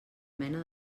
mena